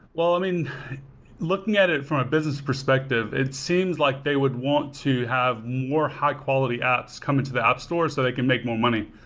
um and looking at it from a business perspective, it seems like they would want to have more high-quality apps come into the app store so they can make more money.